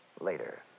Later